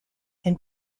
and